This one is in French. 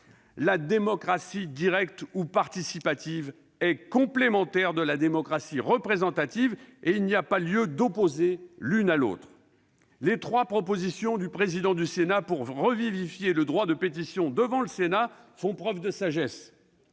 La démocratie directe ou participative est complémentaire de la démocratie représentative, et il n'y a pas lieu d'opposer l'une à l'autre. Les trois propositions du président du Sénat pour revivifier le droit de pétition devant notre assemblée font preuve de sagesse.